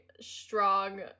strong